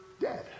dead